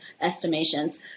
estimations